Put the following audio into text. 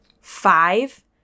five